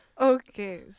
Okay